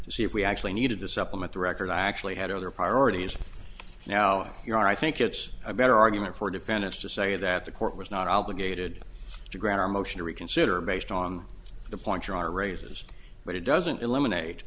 to see if we actually needed to supplement the record i actually had other priorities now here i think it's a better argument for defendants to say that the court was not obligated to grant a motion to reconsider based on the point you are raises but it doesn't eliminate